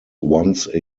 once